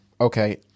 Okay